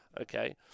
okay